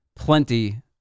plenty